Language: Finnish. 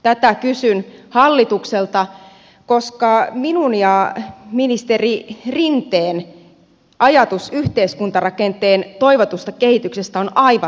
tätä kysyn hallitukselta koska minun ajatukseni yhteiskuntarakenteen toivotusta kehityksestä on aivan toinen kuin ministeri rinteen